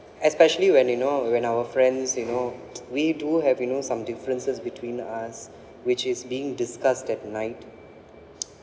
especially when you know when our friends you know we do have you know some differences between us which is being discussed at night